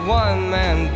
one-man